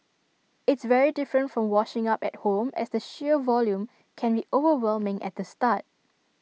it's very different from washing up at home as the sheer volume can be overwhelming at the start